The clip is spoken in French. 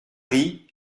rit